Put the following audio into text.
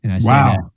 Wow